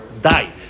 die